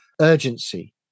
urgency